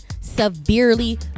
severely